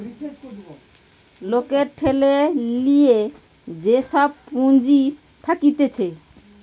লোকের ঠেলে লিয়ে যে সব পুঁজি থাকতিছে